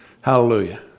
hallelujah